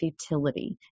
futility